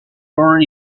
born